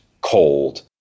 cold